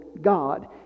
God